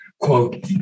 quote